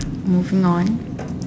moving on